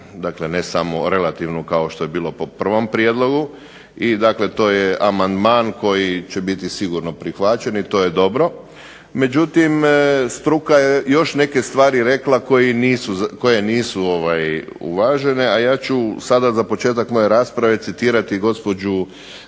ne samo relativnu kao što je bilo po prvom prijedlogu. I dakle, to je amandman koji će biti sigurno prihvaćen i to je dobro, međutim struka je još neke stvari rekla koje nisu uvažene. A ja ću sada za početak moje rasprave citirati gospođu